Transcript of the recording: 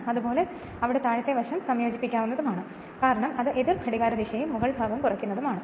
അതുപോലെ ഇവിടെ താഴത്തെ വശം സംയോജിപ്പിക്കാവുന്നത് ആണ് കാരണം അത് എതിർ ഘടികാരദിശയും മുകൾഭാഗം കുറയ്ക്കുന്നതുമാണ്